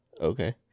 Okay